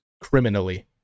criminally